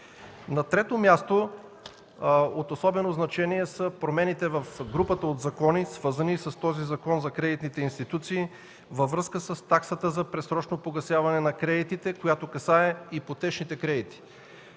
На трето място, от особено значение са промените в групата от закони, свързани с този Закон за кредитните институции във връзка с таксата за предсрочно погасяване на кредитите, която касае ипотечните кредити.